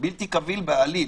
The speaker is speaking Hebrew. בלתי קביל בעליל.